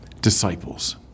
disciples